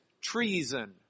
treason